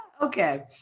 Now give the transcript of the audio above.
Okay